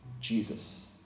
Jesus